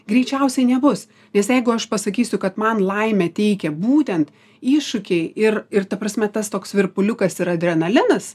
greičiausiai nebus nes jeigu aš pasakysiu kad man laimę teikia būtent iššūkiai ir ir ta prasme tas toks virpuliukas ir adrenalinas